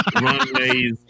Runways